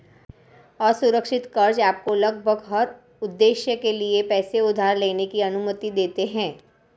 असुरक्षित कर्ज़ आपको लगभग हर उद्देश्य के लिए पैसे उधार लेने की अनुमति देते हैं